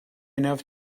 enough